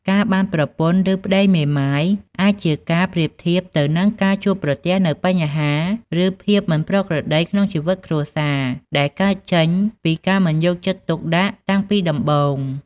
ការបានប្រពន្ធឫប្ដីមេម៉ាយ អាចជាការប្រៀបធៀបទៅនឹងការជួបប្រទះនូវបញ្ហា ឬភាពមិនប្រក្រតីក្នុងជីវិតគ្រួសារ ដែលកើតចេញពីការមិនយកចិត្តទុកដាក់តាំងពីដំបូង។